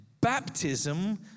baptism